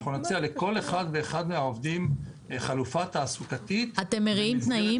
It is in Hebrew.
אנחנו נציע לכל אחד ואחד מהעובדים חלופה תעסוקתית אתם מרעים תנאים.